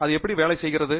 அது எப்படி வேலை செய்கிறது